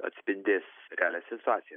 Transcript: atspindės realią situaciją